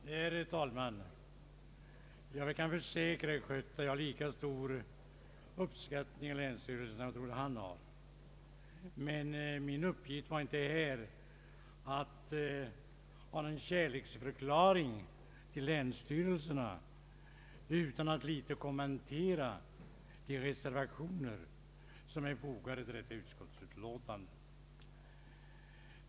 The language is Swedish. Herr talman! Jag kan försäkra herr Schött att jag har lika stor uppskattning av länsstyrelserna som han har. Min uppgift här var dock inte att avge någon kärleksförklaring till länsstyrelserna utan att litet kommentera de reservationer som är fogade till förevarande utskottsutlåtande.